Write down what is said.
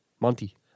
Monty